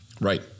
Right